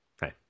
Hey